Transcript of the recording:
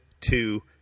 two